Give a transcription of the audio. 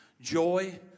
joy